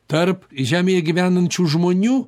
tarp žemėje gyvenančių žmonių